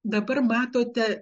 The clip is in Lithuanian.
dabar matote